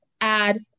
add